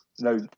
No